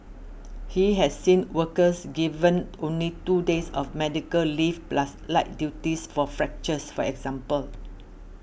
he has seen workers given only two days of medical leave plus light duties for fractures for example